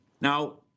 Now